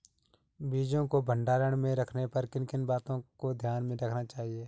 बीजों को भंडारण में रखने पर किन किन बातों को ध्यान में रखना चाहिए?